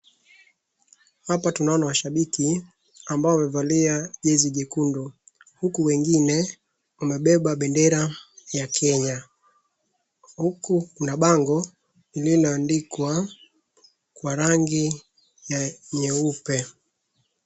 Hapa tunaona washabiki ambao wamevalia jezi jekundu huku wengine wamebeba bendera ya Kenya. Huku kuna bango lililoandikwa kwa rangi nyeupe.